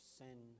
sin